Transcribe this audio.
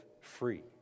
free